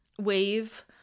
wave